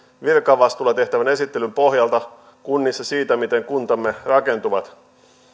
virkavastuulla tehtävän esittelyn pohjalta kunnissa siitä miten kuntamme rakentuvat